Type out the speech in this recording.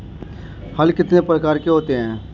हल कितने प्रकार के होते हैं?